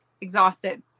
exhausted